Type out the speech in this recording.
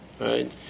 Right